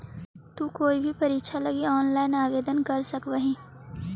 तु कोई भी परीक्षा लगी ऑनलाइन आवेदन कर सकव् हही